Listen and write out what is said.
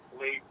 late